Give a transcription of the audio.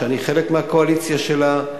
שאני חלק מהקואליציה שלה,